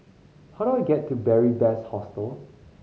how do I get to Beary Best Hostel